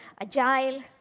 agile